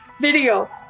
video